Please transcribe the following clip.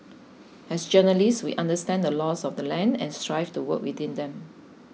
as journalists we understand the laws of the land and strive to work within them